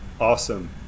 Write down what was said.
Awesome